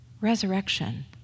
Resurrection